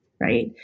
right